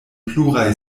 pluraj